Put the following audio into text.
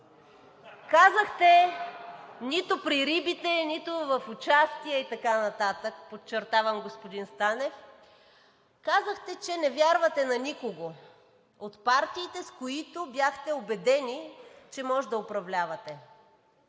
казахте: „Нито при рибите, нито в участие и така нататък“, подчертавам, господин Станев, казахте, че не вярвате на никого от партиите, с които бяхте убедени, че можете да управлявате.